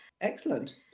excellent